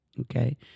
Okay